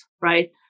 right